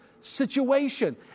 situation